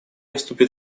вступит